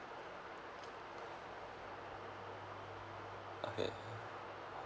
okay